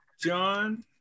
John